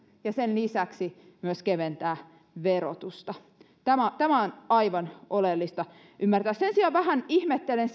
ja sen lisäksi myös keventää verotusta tämä on tämä on aivan oleellista ymmärtää sen sijaan vähän ihmettelen